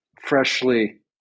freshly